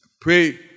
pray